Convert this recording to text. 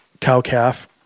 cow-calf